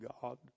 God